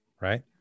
right